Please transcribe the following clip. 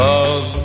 Love